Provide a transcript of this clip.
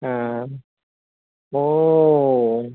ए अ